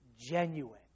genuine